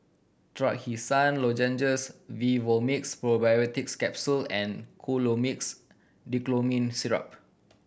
Rrachisan Lozenges Vivomixx Probiotics Capsule and Colimix Dicyclomine Syrup